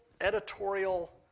editorial